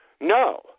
no